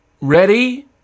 ready